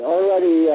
Already